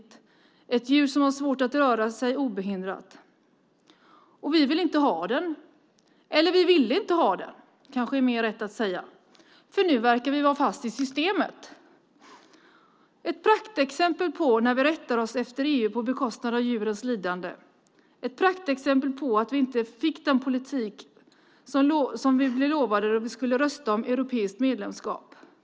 Det är ett djur som har svårt att röra sig obehindrat. Vi vill inte ha den. Eller det är kanske mer rätt att säga att vi inte ville ha den, för nu verkar vi vara fast i systemet. Det är ett praktexempel på när vi rättar oss efter EU på bekostnad av djuren. Det är ett praktexempel på att vi inte fick den politik som vi blev lovade då vi skulle rösta om europeiskt medlemskap.